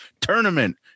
tournament